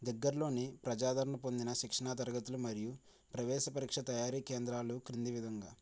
దగ్గర లోని ప్రజాదరణ పొందిన శిక్షణా తరగతులు మరియు ప్రవేశ పరీక్ష తయారీ కేంద్రాలు క్రింది విధంగా